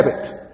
habit